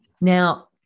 Now